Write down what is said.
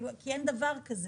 כי אין דבר כזה.